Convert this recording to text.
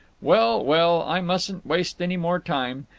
well, well, i mustn't waste any more time.